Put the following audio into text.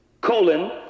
colon